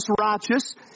righteous